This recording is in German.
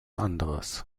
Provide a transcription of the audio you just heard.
anderes